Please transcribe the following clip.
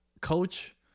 coach